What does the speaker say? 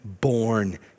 born